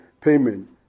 payment